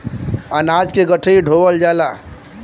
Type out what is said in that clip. अनाज के गठरी धोवल जाला